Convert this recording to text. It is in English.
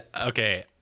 okay